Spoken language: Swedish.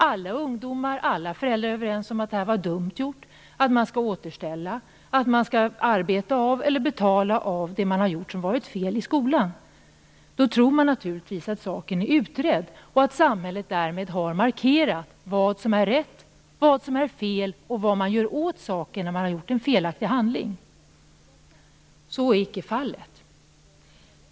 Alla ungdomar och föräldrar var överens om att det var dumt gjort, att man skall återställa, arbeta av eller betala det man har gjort och som varit fel. Då tror man naturligtvis att saken är utredd och att samhället därmed har markerat vad som är rätt, vad som är fel och vad man gör åt saken när det begåtts en felaktig handling. Så icke fallet!